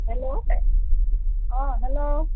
hello অঁ hello